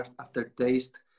aftertaste